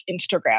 Instagram